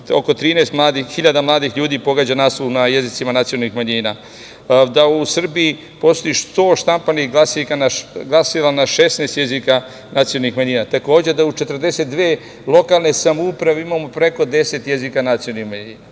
oko 13.000 mladih ljudi pohađa nastavu na jezicima nacionalnih manjina, da u Srbiji postoji 100 štampanih glasila na 16 jezika nacionalnih jezika, takođe da u 42 lokalne samouprave imamo preko 10 jezika nacionalnih manjina. Ovo